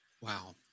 wow